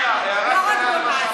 זאת הצעה זהה.